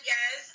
Yes